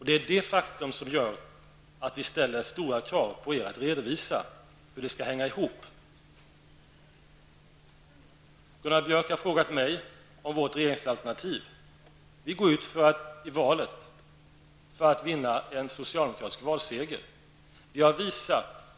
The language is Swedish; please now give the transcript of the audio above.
Det är detta faktum som gör att vi ställer stora krav på er att redovisa hur det skall hänga ihop. Gunnar Björk har frågat mig om vårt regeringsalternativ. Vi går ut i valet för att vinna en socialdemokratisk valseger.